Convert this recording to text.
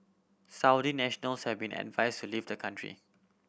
Saudi nationals have been advised to leave the country